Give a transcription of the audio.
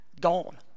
gone